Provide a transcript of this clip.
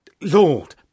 Lord